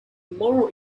moral